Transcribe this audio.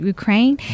Ukraine